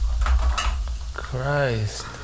Christ